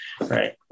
right